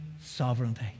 sovereignty